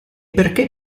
perché